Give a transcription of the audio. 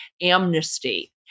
amnesty